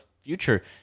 future